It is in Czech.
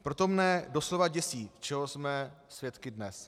Proto mne doslova děsí, čeho jsme svědky dnes.